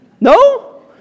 No